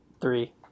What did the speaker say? three